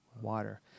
water